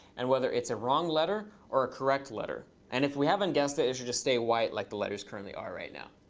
and whether it's a wrong letter or a correct letter. and if we haven't guessed it, it should just stay white like the letters currently are right now.